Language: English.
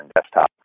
desktop